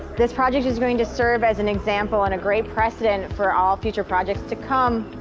this project is going to serve as an example and a great precedent for all future projects to come.